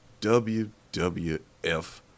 WWF